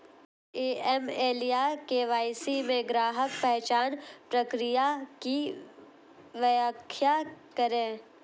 AML या KYC में ग्राहक पहचान प्रक्रिया की व्याख्या करें?